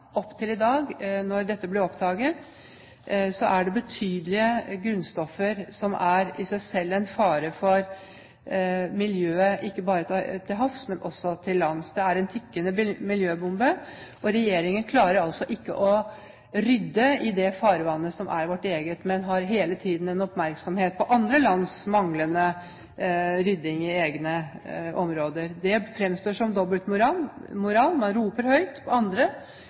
dette ble oppdaget, gjelder det betydelige grunnstoffer, som i seg selv er en fare for miljøet, ikke bare til havs, men også til lands. Det er en tikkende miljøbombe, og regjeringen klarer altså ikke å rydde i det farvannet som er vårt eget, men har hele tiden oppmerksomheten rettet mot andre lands manglende rydding i egne områder. Det fremstår som dobbeltmoral.. Man roper høyt på andre,